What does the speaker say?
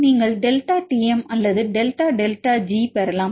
நீங்கள் delta Tm அல்லது delta delta G பெறலாம்